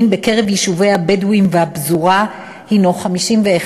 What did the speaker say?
בקרב יישובי הבדואים והפזורה הנו 51,